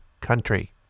country